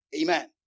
Amen